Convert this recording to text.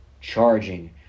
charging